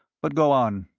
but go on.